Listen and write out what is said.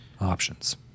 options